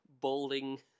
balding